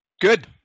Good